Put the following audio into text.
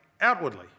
outwardly